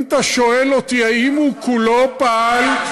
אם אתה שואל אותי האם הוא כולו פעל,